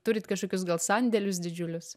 turit kažkokius gal sandėlius didžiulius